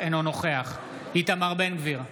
אינו נוכח איתמר בן גביר,